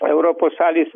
europos šalys